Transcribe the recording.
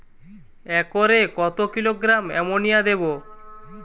একরে কত kilogram ammonia দেবো?